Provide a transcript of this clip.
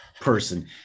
person